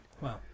Wow